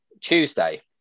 Tuesday